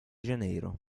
janeiro